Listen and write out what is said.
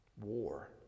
war